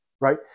right